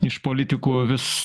iš politikų vis